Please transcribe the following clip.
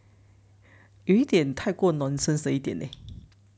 有一点太过 nonsense 了一点